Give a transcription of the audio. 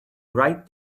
right